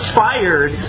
fired